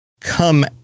come